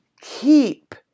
keep